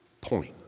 point